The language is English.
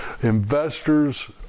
investors